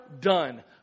done